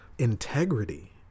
Integrity